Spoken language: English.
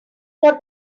what